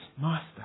master